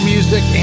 Music